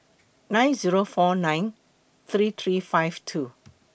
nine Zero four nine three three five two